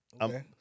Okay